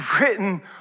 written